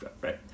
right